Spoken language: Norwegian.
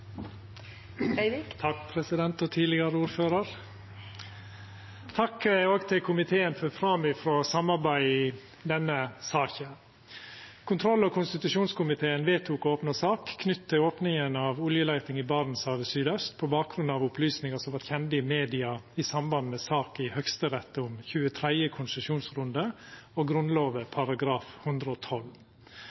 Takk, president og tidlegare ordførar. Takk òg til komiteen for framifrå samarbeid i denne saka. Kontroll- og konstitusjonskomiteen vedtok å opna sak knytt til opninga av oljeleiting i Barentshavet søraust på bakgrunn av opplysningar som vart kjende i media i samband med saka i Høgsterett om 23. konsesjonsrunde og Grunnlova § 112.